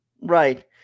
Right